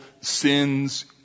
sins